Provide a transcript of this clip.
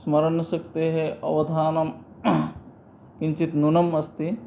स्मरणशक्तेः अवधानं किञ्चित् न्यूनम् अस्ति